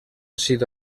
sido